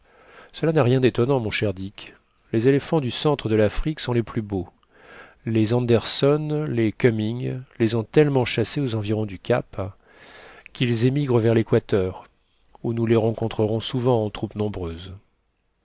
cela n'a rien d'étonnant mon cher dick les éléphants du centre de l'afrique sont les plus beaux les anderson les cumming les ont tellement chassés aux environs du cap qu'ils émigrent vers l'équateur où nous les rencontrerons souvent en troupes nombreuses